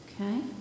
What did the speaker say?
Okay